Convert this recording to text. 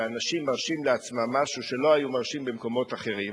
שאנשים מרשים לעצמם משהו שלא היו מרשים במקומות אחרים,